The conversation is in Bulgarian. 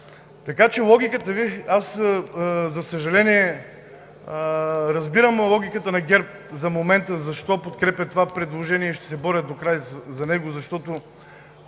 Така че логиката Ви, за съжаление, разбирам логиката на ГЕРБ за момента защо подкрепя това предложение и ще се борят докрай за него, защото